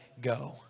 go